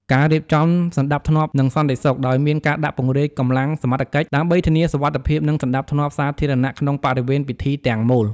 ការរៀបចំសណ្ដាប់ធ្នាប់ និងសន្តិសុខ ដោយមានការដាក់ពង្រាយកម្លាំងសមត្ថកិច្ច ដើម្បីធានាសុវត្ថិភាព និងសណ្ដាប់ធ្នាប់សាធារណៈក្នុងបរិវេណពិធីទាំងមូល។